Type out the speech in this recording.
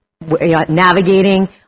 navigating